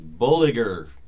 Bulliger